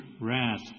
wrath